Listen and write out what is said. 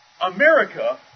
America